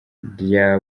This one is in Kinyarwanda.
rya